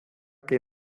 que